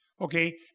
Okay